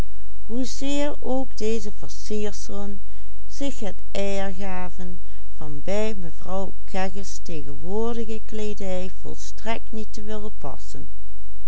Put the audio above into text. tegenwoordige kleedij volstrekt niet te willen passen